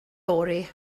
fory